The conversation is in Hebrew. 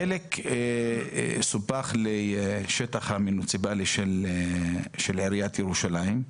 חלק נוסף של הכפר סופח לשטח המוניציפלי של עיריית ירושלים,